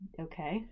okay